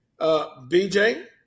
BJ